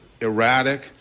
erratic